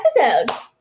episode